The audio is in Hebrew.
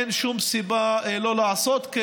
אין שום סיבה לא לעשות כן.